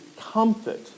comfort